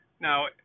now